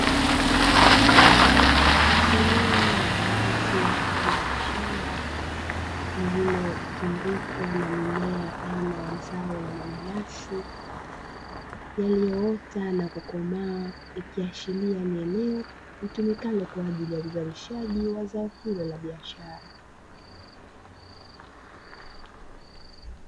Eneo la wazi wanawashamba lililozungukwa na mimea aina ya zao wa mananasi yaliyoota na kukomaa, ikiashiria ni eneo litumikalo kwa ajili ya uzalishaji wa zao hilo la biashara.